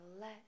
let